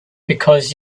because